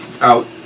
out